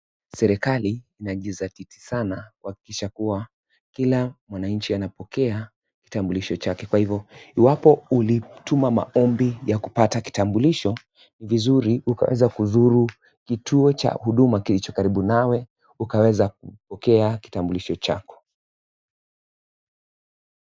Serikali inajisatiti sana kuhakikisha kuwa kila mwananchi anapokea kitambulisho chake kwa hivyo iwapo ulituma maombi ya kupata kitambulisho, ni vizuri ukaweze kuzuru kituo cha huduma kilicho karibu nawe ukaweza kupokea kitambulisho chako.